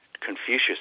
Confucius